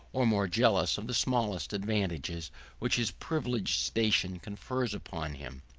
or more jealous of the smallest advantages which his privileged station confers upon him.